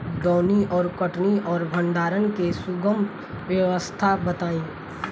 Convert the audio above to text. दौनी और कटनी और भंडारण के सुगम व्यवस्था बताई?